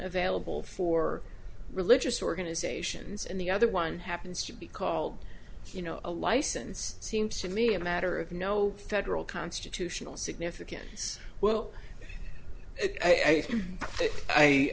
available for religious organizations and the other one happens to be called you know a license seems to me a matter of no federal constitutional significance well